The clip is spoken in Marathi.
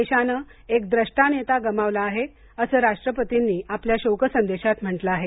देशाने एक द्रष्टा नेता गमावला आहे असं राष्ट्रपतींनी आपल्या शोकसंदेशात म्हंटल आहे